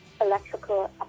electrical